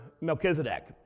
Melchizedek